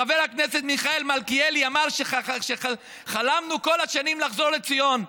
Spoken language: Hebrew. חבר הכנסת מיכאל מלכיאלי אמר שחלמנו כל השנים לחזור לציון.